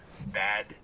bad